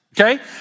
okay